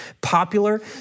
popular